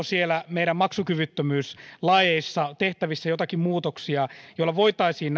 siellä meidän maksukyvyttömyyslaeissamme tehtävissä jotakin muutoksia joilla voitaisiin